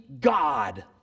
God